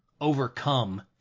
overcome